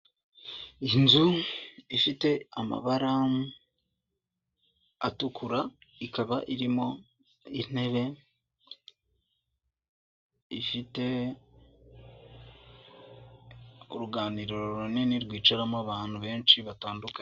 Iyi nzu ifite amabara atukura ikaba irimo intebe, ifite uruganiriro runini rwicaramo abantu benshi batandukanye.